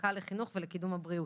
המחלקה לחינוך ולקידום הבריאות,